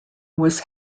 was